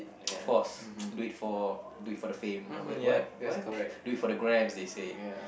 of course do it for do it for the fame oh wait what what do it for the gram they say